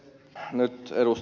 nyt ed